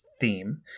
theme